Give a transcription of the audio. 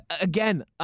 Again